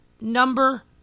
number